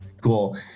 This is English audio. cool